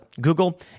Google